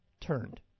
turned